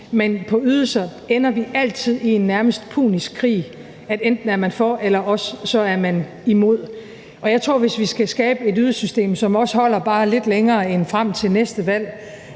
om ydelser, så ender vi altid nærmest i en punisk krig, hvor man enten er for eller imod. Jeg tror, at hvis vi skal skabe et ydelsessystem, som også holder bare lidt længere end frem til næste valg,